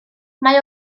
mae